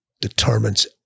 determines